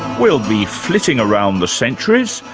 we'll be flitting around the centuries,